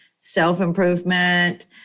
self-improvement